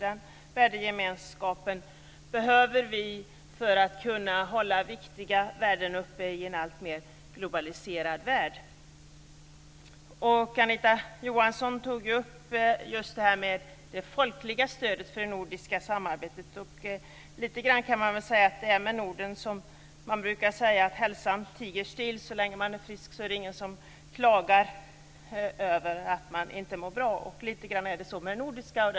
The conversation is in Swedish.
Den värdegemenskapen behöver vi för att kunna upprätthålla viktiga värden i en alltmer globaliserad värld. Anita Johansson tog upp det folkliga stödet för nordiskt samarbete. Man brukar ju säga att hälsan tiger still - så länge man är frisk är det ingen som klagar över att man inte mår bra. Så är det lite grann med det nordiska samarbetet.